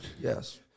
Yes